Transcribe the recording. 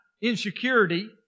insecurity